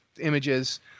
images